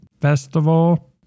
festival